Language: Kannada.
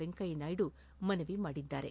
ವೆಂಕಯ್ಜನಾಯ್ಡು ಮನವಿ ಮಾಡಿದ್ದಾರೆ